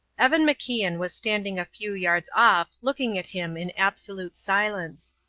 evan macian was standing a few yards off looking at him in absolute silence.